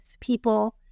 people